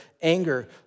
anger